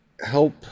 help